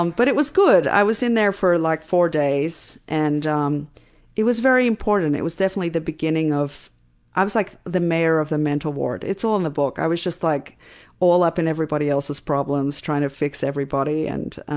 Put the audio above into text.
um but it was good. i was in there for like four days. and um it was very important. it was definitely the beginning of i was like the mayor of the mental ward. it's all in the book. i was just like all up in everybody else's problems trying to fix everybody. and